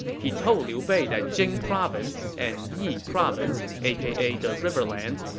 he told liu bei that jing province and yi province, aka the riverlands,